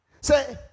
Say